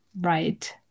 right